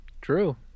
True